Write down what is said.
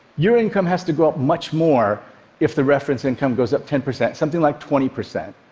your income has to go up much more if the reference income goes up ten percent, something like twenty percent.